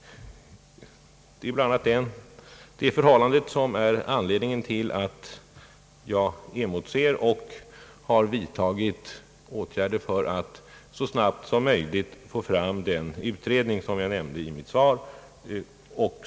Det är bl.a. det förhållandet som är anledning till att jag emotser och vidtagit åtgärder för att så snabbt som möjligt få fram den utredning som jag nämnde i mitt svar.